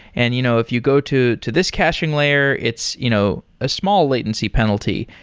and you know if you go to to this caching layer, it's you know a small latency penalty.